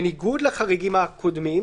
בניגוד לחריגים הקודמים,